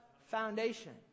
foundation